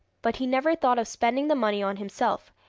but he never thought of spending the money on himself,